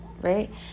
right